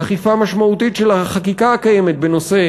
אכיפה משמעותית של החקיקה הקיימת בנושא